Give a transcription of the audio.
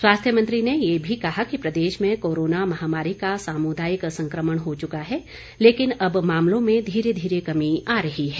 स्वास्थ्य मंत्री ने ये भी कहा कि प्रदेश में कोरोना महामारी का सामुदायिक संकमण हो चुका है लेकिन अब मामलों में धीरे धीरे कमी आ रही है